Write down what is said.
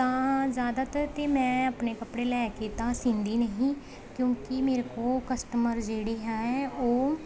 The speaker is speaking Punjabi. ਤਾਂ ਜ਼ਿਆਦਾਤਰ ਤਾਂ ਮੈਂ ਆਪਣੇ ਕੱਪੜੇ ਲੈ ਕੇ ਤਾਂ ਸੀਂਦੀ ਨਹੀਂ ਕਿਉਂਕਿ ਮੇਰੇ ਕੋਲ ਕਸਟਰਮਰ ਜਿਹੜੇ ਹੈ ਉਹ